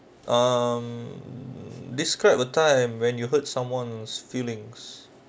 um describe a time when you hurt someone's feelings